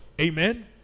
Amen